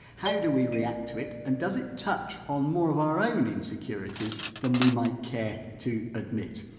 how do we react to it and does it touch on more of our own insecurities than we might care to admit?